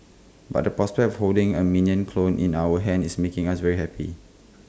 but the prospect of holding A Minion clone in our hands is making us very happy